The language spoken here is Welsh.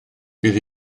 bydd